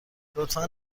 لطفا